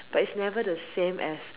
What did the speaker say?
but it's never the same as